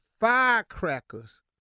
firecrackers